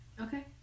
Okay